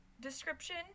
description